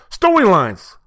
Storylines